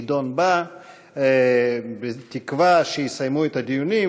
תידון בוועדה משותפת לוועדת הכלכלה ולוועדת הכנסת,